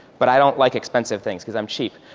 but i don't like expensive things, because i'm cheap.